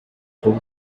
gold